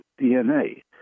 DNA